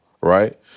right